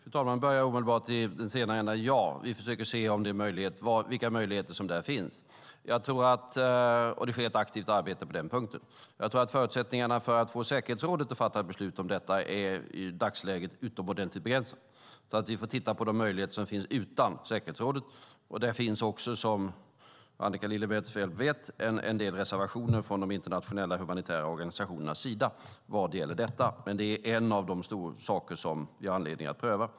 Fru talman! Jag börjar omedelbart i den senaste änden. Ja, vi försöker se vilka möjligheter som finns, och det sker ett aktivt arbete på den punkten. Men jag tror att förutsättningarna för att få säkerhetsrådet att fatta beslut om detta i dagsläget är utomordentligt begränsade. Vi får titta på de möjligheter som finns utan säkerhetsrådet. Som Annika Lillemets väl vet finns det också en del reservationer från de internationella humanitära organisationernas sida vad gäller detta. Men det är en av de saker som vi har anledning att pröva.